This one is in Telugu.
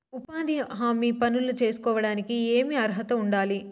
ఉపాధి హామీ పనులు సేసుకోవడానికి ఏమి అర్హత ఉండాలి?